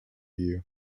you